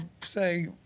say